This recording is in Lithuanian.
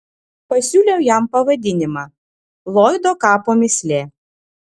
pasiūliau jam pavadinimą lloydo kapo mįslė